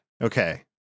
Okay